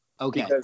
Okay